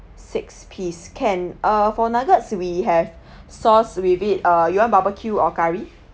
six piece can uh for nuggets we have sauce with it uh you want barbecue or curry